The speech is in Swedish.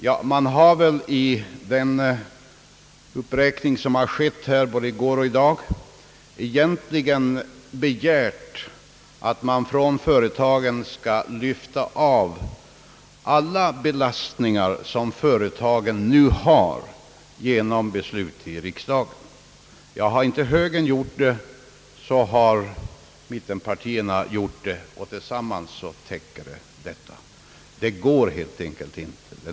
Ja, i den uppräkning av önskemål som förekommit både i går och i dag har det begärts att alla de belastningar, som för närvarande åvilar företagen, skulle lyftas bort genom beslut av riksdagen — om inte högern framställt ett önskemål, så har mittenpartierna gjort det, och tillsammans täcker de hela området. Detta går helt enkelt inte att genomföra.